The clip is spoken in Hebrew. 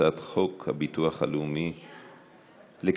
הצעת חוק הביטוח הלאומי (תיקון מס' 191). שנייה.